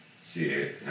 see